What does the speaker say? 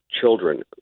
children